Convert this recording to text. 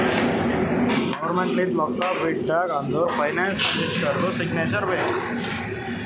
government ಲಿಂತ ರೊಕ್ಕಾ ಬಿಡ್ಬೇಕ ಅಂದುರ್ ಫೈನಾನ್ಸ್ ಮಿನಿಸ್ಟರ್ದು ಸಿಗ್ನೇಚರ್ ಬೇಕ್